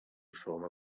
former